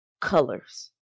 colors